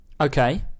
Okay